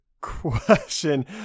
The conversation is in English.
question